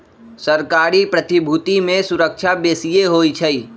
सरकारी प्रतिभूति में सूरक्षा बेशिए होइ छइ